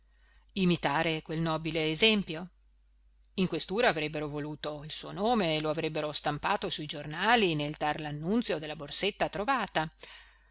imitare quel nobile esempio in questura avrebbero voluto il suo nome e lo avrebbero stampato sui giornali nel dar l'annunzio della borsetta trovata